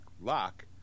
lock